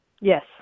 Yes